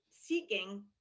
seeking